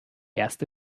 erste